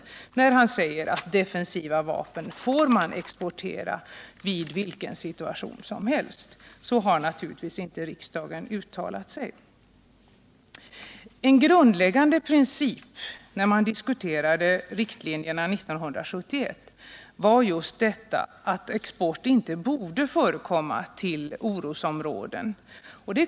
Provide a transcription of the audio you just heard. Så vidlyftigt har riksdagen naturligtvis inte uttalat sig. En grundläggande princip när man diskuterade riktlinjerna 1971 var just detta att export inte borde förekomma till orosområden.